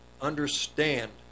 understand